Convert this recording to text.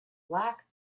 black